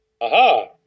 Aha